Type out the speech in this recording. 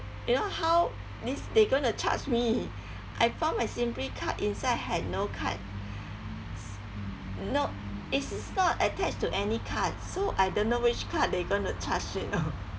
you know how this they going to charge me I found my simply card inside had no card no it's not attached to any card so I don't know which card they going to charge you know